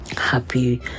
Happy